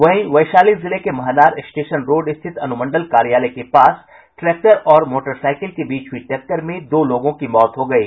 वहीं वैशाली जिले के महनार स्टेशन रोड स्थित अनुमंडल कार्यालय के पास ट्रैक्टर और मोटरसाइकिल के बीच हुयी टक्कर में दो लोगों की मौत हो गयी